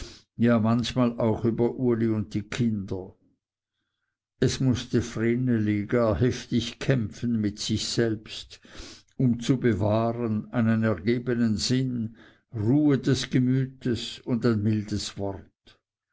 ja manchmal auch über uli und kinder es mußte vreneli gar heftig kämpfen mit sich selbst um zu bewahren einen ergebenen sinn ruhe des gemütes und ein mildes wort